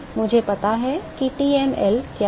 मुझे पता है कि TmL क्या है